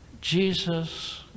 Jesus